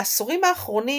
בעשורים האחרונים